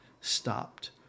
stopped